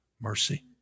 mercy